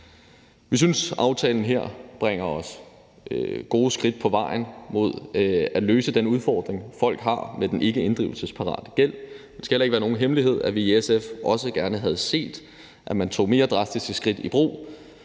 Vi synes, aftalen her bringer os nogle skridt på vejen mod at løse den udfordring, folk har med den ikkeinddrivelsesparate gæld. Det skal heller ikke være nogen hemmelighed, at vi i SF også gerne havde set, at man tog mere drastiske skridt i brug